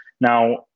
Now